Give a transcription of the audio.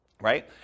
Right